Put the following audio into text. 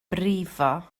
brifo